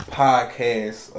podcast